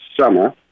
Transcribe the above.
summer